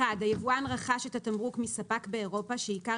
(1)היבואן רכש את התמרוק מספק באירופה שעיקר